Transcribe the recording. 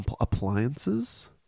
Appliances